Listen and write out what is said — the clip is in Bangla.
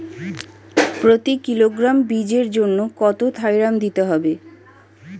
প্রতি কিলোগ্রাম বীজের জন্য কত থাইরাম দিতে হবে?